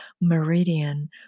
meridian